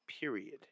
period